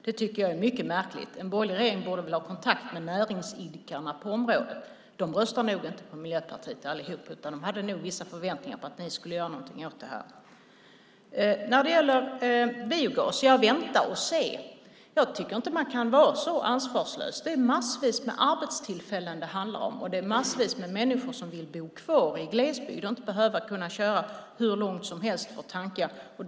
Det tycker jag är mycket märkligt. En borgerlig regering borde väl ha kontakt med näringsidkarna på området. De röstar nog inte på Miljöpartiet allihop, utan de hade nog vissa förväntningar på att ni skulle göra någonting åt det här. Vänta och se, säger ni när det gäller biogas. Jag tycker inte att man kan vara så ansvarslös. Det är massvis med arbetstillfällen det handlar om, och det är massvis med människor som vill bo kvar i glesbygd och inte behöva köra hur långt som helst för att tanka.